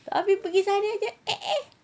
tapi pergi sana jer eh eh